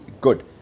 good